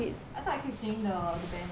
I thought I keep seeing the the banner